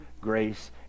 grace